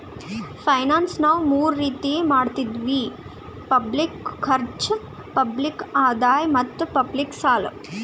finance ನಾವ್ ಮೂರ್ ರೀತಿ ಮಾಡತ್ತಿವಿ ಪಬ್ಲಿಕ್ ಖರ್ಚ್, ಪಬ್ಲಿಕ್ ಆದಾಯ್ ಮತ್ತ್ ಪಬ್ಲಿಕ್ ಸಾಲ